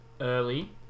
early